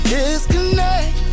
Disconnect